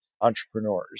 entrepreneurs